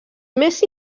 més